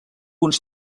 uns